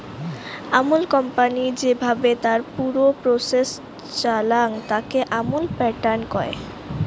Amul company যেভাবে তার পুর প্রসেস চালাং, তাকে আমুল প্যাটার্ন কয়